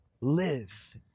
live